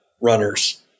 runners